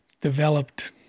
developed